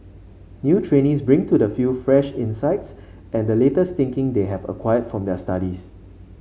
new trainees bring to the field fresh insights and the latest thinking they have acquired from their studies